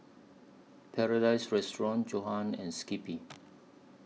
Paradise Restaurant Johan and Skippy